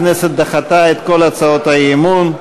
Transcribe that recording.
הכנסת דחתה את כל הצעות האי-אמון.